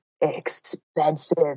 expensive